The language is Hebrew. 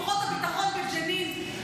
כוחות הביטחון בג'נין,